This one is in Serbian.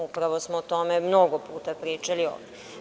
Upravo smo o tome mnogo puta pričali ovde.